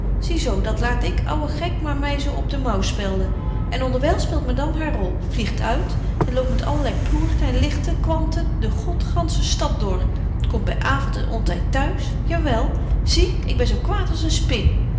zie zo dat laat ik ouwe gek my maar zo op den mou spelden en onderwyl betje wolff en aagje deken historie van mejuffrouw sara burgerhart speelt madame haar rol vliegt uit en loopt met allerlei ploerten en ligte kwanten de godgantsche stad door komt by avond en onty t'huis ja wel zie ik ben zo kwaad als een spin